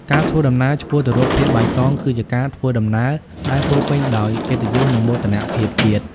ការធ្វើដំណើរឆ្ពោះទៅរកភាពបៃតង គឺជាការធ្វើដំណើរដែលពោរពេញដោយកិត្តិយស និងមោទនភាពជាតិ។